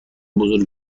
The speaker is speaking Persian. بزرگی